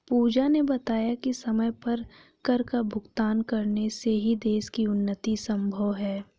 पूजा ने बताया कि समय पर कर भुगतान करने से ही देश की उन्नति संभव है